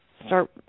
Start